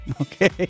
Okay